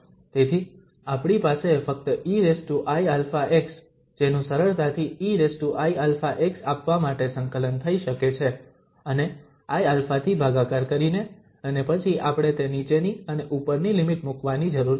તેથી આપણી પાસે ફક્ત eiαx જેનું સરળતાથી eiαx આપવા માટે સંકલન થઈ શકે છે અને iα થી ભાગાકાર કરીને અને પછી આપણે તે નીચેની અને ઉપરની લિમિટ મૂકવાની જરૂર છે